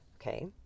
Okay